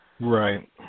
Right